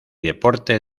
deporte